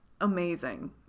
amazing